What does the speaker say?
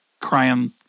crying